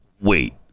Wait